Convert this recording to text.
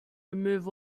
remove